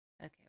okay